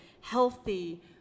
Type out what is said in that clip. healthy